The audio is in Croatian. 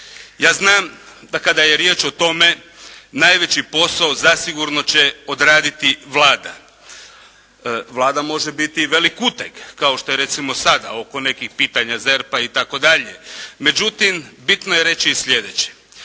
Ja znam da kada je riječ o tome najveći posao zasigurno će odraditi Vlada. Vlada može biti i velik uteg kao što je recimo sada oko nekih pitanja ZERP-a itd. Međutim bitno je reći i sljedeće.